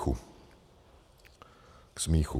K smíchu!